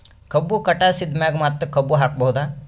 ಕಬ್ಬು ಕಟಾಸಿದ್ ಮ್ಯಾಗ ಮತ್ತ ಕಬ್ಬು ಹಾಕಬಹುದಾ?